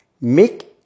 make